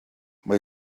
mae